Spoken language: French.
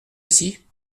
ici